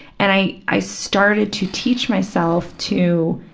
and i i started to teach myself to,